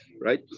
right